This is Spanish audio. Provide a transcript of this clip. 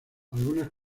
algunas